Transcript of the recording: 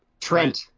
Trent